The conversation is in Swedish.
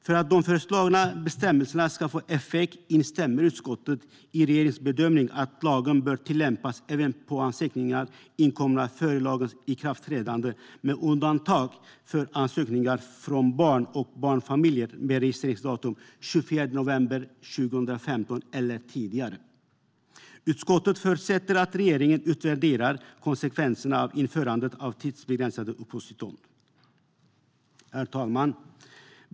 För att de föreslagna bestämmelserna ska få effekt instämmer utskottet i regeringens bedömning att lagen bör tillämpas även på ansökningar inkomna före lagens ikraftträdande med undantag för ansökningar från barn och barnfamiljer med registreringsdatum den 24 november 2015 eller tidigare. Utskottet förutsätter att regeringen utvärderar konsekvenserna av införandet av tidsbegränsade uppehållstillstånd. Herr talman!